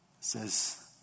says